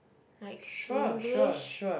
like Singlish